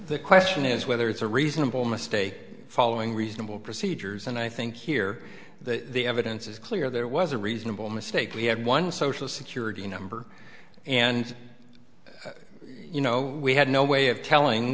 the question is whether it's a reasonable mistake following reasonable procedures and i think here that the evidence is clear there was a reasonable mistake we had one social security number and you know we had no way of telling